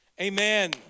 Amen